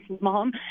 Mom